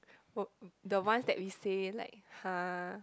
the ones that we say like !huh!